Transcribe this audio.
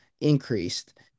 increased